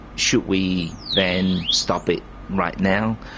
should we then stop it right now?